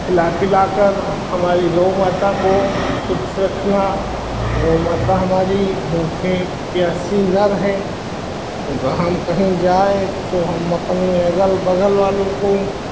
खिला पिलाकर हमारी गौ माता को खुद से अपना गौ माता हमारी भूखे प्यासी न रहय और वह हम कहीं जाय तो हम अपनी अगल बगल वालों को